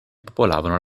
popolavano